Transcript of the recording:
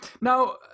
now